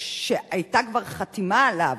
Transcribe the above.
שהיתה כבר חתימה עליו,